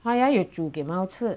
他还有煮给猫吃